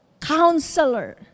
Counselor